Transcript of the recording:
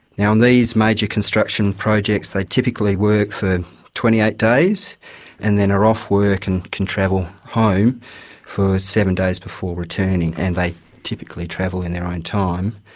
yeah and these major construction projects they typically work for twenty eight days and then are off work and can travel home for seven days before returning, and they typically travel in their own time.